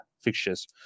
fixtures